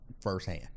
firsthand